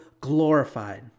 glorified